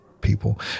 people